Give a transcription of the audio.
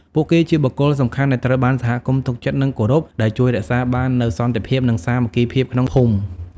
ពួកគេជាបុគ្គលសំខាន់ដែលត្រូវបានសហគមន៍ទុកចិត្ត និងគោរព ដែលជួយរក្សាបាននូវសន្តិភាព និងសាមគ្គីភាពក្នុងភូមិ។